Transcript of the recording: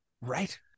Right